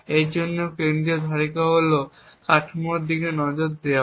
এর জন্য কেন্দ্রীয় ধারণা হল এই কাঠামোর দিকে নজর দেওয়া